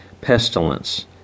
pestilence